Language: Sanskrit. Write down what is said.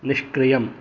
निष्क्रियम्